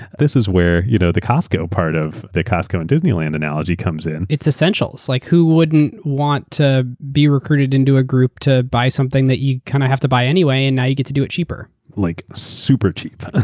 this is where you know the costco part of the costco and disneyland analogy comes in. it's essential. like who wouldn't want to be recruited and do a group to buy something that you kind of have to buy anyway? and now you get to do it cheaper. like super cheap.